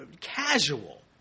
casual